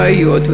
הבעיות,